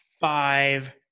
five